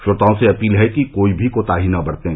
श्रोताओं से अपील है कि कोई भी कोताही न बरतें